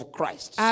Christ